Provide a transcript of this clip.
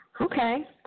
Okay